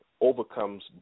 overcomes